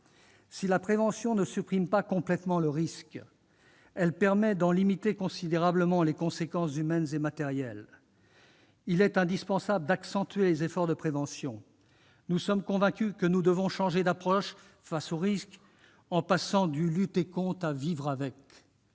Si la prévention ne supprime pas complètement le risque, elle permet d'en limiter considérablement les conséquences humaines et matérielles. Il est indispensable d'accentuer les efforts de prévention. Nous sommes convaincus que nous devons changer d'approche face au risque, en passant du « lutter contre » au « vivre avec ».